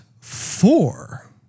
four